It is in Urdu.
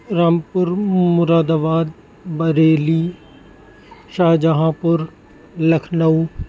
Rampur Moradabad Bareilly Shahjahanpur Lucknow